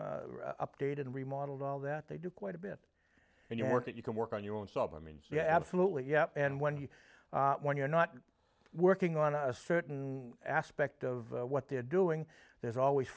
know updated remodelled all that they do quite a bit and you work that you can work on your own sub i mean yeah absolutely yeah and when you when you're not working on a certain aspect of what they're doing there's always